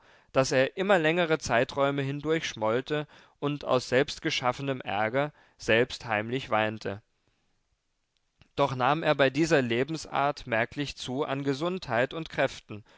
daß er immer längere zeiträume hindurch schmollte und aus selbstgeschaffenem ärger selbst heimlich weinte doch nahm er bei dieser lebensart merklich zu an gesundheit und kräften